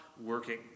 working